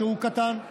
שהוא קטן,